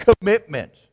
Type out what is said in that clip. commitment